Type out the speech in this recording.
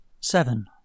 Seven